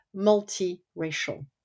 multiracial